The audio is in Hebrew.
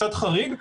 קצת חריג,